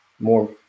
more